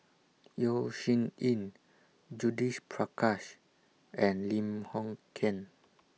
Yeo Shih Yun Judith Prakash and Lim Hng Kiang